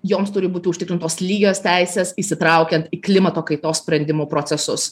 joms turi būti užtikrintos lygios teisės įsitraukiant į klimato kaitos sprendimų procesus